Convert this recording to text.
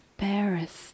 barest